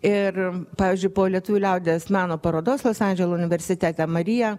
ir pavyzdžiui po lietuvių liaudies meno parodos los andželo universitete mariją